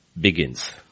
begins